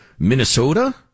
Minnesota